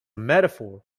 metaphor